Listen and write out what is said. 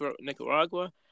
Nicaragua